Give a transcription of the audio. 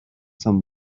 some